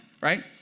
right